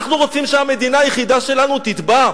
אנחנו רוצים שהמדינה היחידה שלנו תטבע?